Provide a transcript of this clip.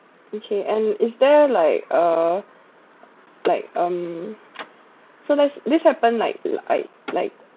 okay and is there like uh like um so this happened like like like